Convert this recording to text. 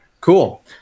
Cool